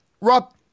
Rob